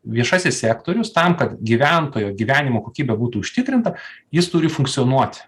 viešasis sektorius tam kad gyventojo gyvenimo kokybė būtų užtikrinta jis turi funkcionuoti